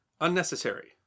unnecessary